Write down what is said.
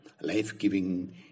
life-giving